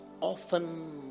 often